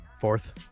fourth